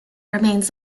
remains